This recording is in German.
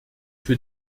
für